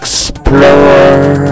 Explore